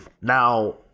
Now